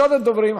ראשון הדוברים,